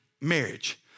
marriage